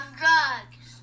drugs